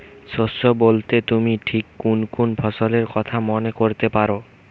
শস্য বোলতে তুমি ঠিক কুন কুন ফসলের কথা মনে করতে পার?